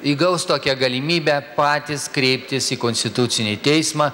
įgaus tokią galimybę patys kreiptis į konstitucinį teismą